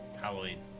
Halloween